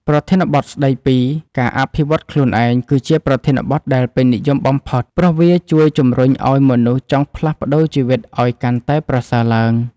ប្រធានបទស្តីពី ការអភិវឌ្ឍខ្លួនឯង គឺជាប្រធានបទដែលពេញនិយមបំផុត ព្រោះវាជួយជម្រុញឱ្យមនុស្សចង់ផ្លាស់ប្តូរជីវិតឱ្យកាន់តែប្រសើរឡើង។